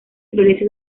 florece